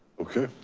okay.